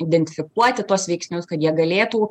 identifikuoti tuos veiksnius kad jie galėtų